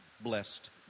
blessed